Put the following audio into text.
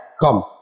come